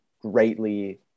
greatly